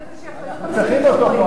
תגיד, אתה בכוח רוצה שאני אוציא אותך?